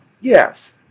Yes